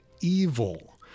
evil